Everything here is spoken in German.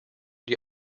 die